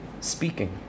speaking